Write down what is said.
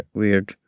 weird